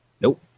Nope